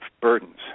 burdens